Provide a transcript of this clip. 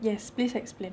yes please explain